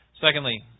Secondly